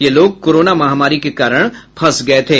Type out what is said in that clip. ये लोग कोरोना महामारी के कारण फंस गए थे